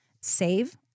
save